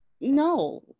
no